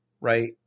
right